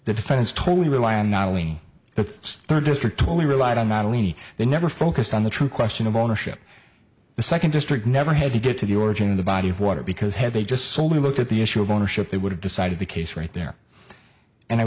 the defense totally rely on not only the third district totally relied on not only they never focused on the true question of ownership the second district never had to get to the origin of the body of water because they just solely looked at the issue of ownership they would have decided the case right there and i